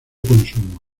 consumo